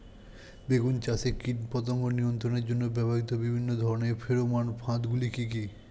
বেগুন চাষে কীটপতঙ্গ নিয়ন্ত্রণের জন্য ব্যবহৃত বিভিন্ন ধরনের ফেরোমান ফাঁদ গুলি কি কি?